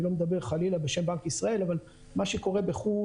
אני לא מדבר חלילה בשם בנק ישראל אבל מה שקורה בחו"ל,